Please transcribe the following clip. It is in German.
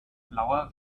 blauer